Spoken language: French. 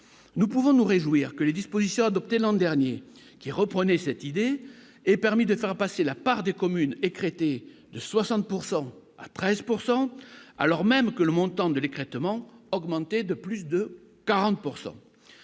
nous pouvons nous réjouir que les dispositions adoptées l'an dernier, qui reprenait cette idée et permis d'être à passé la part des communes écrêter de 60 pourcent à 13 pourcent alors même que le montant de l'écrêtement augmenter de plus de 40